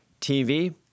TV